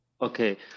Okay